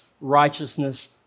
righteousness